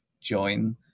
join